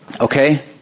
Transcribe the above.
Okay